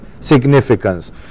significance